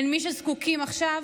אל מי שזקוקים עכשיו,